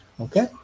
okay